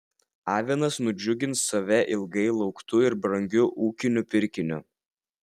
avinas nudžiugins save ilgai lauktu ir brangiu ūkiniu pirkiniu